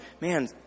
Man